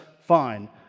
fine